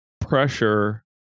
pressure